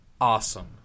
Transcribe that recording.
awesome